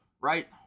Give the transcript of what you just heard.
right